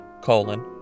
colon